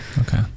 Okay